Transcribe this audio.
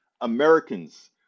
Americans